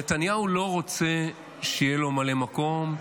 נתניהו לא רוצה שיהיה לו ממלא מקום,